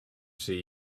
see